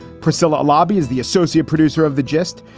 priscilla lobbys, the associate producer of the gist.